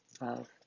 Love